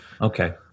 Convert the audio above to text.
Okay